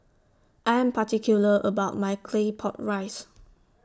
I Am particular about My Claypot Rice